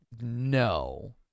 no